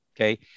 okay